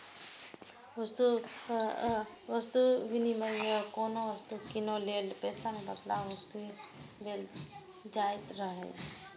वस्तु विनिमय मे कोनो वस्तु कीनै लेल पैसा के बदला वस्तुए देल जाइत रहै